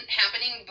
happening